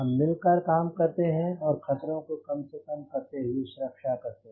हम मिलकर काम करते हैं और खतरों को कम से कम करते हुए सुरक्षा करते हैं